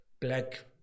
black